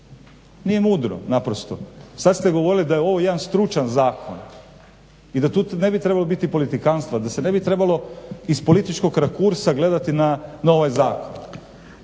Nije mudro, naprosto sad ste govorili da je ovo jedan stručan zakon i da tu ne bi trebalo biti politikanstva i da se ne bi trebalo iz političkog rakursa gledati na ovaj zakon.